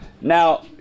Now